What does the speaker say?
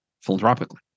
philanthropically